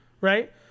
right